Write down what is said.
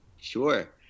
Sure